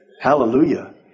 Hallelujah